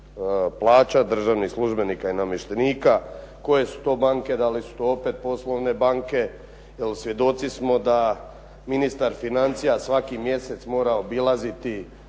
plaća državnih službenika i namještenika, koje su to banke, da li su to opet poslovne banke, jer svjedoci smo da ministar financija svaki mjesec mora obilaziti